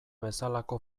bezalako